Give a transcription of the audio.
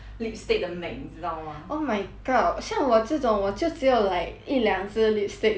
oh my god 像我这种我就只有 like 一两只 lipstick that regularly use